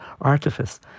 artifice